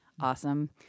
awesome